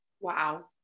Wow